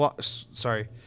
sorry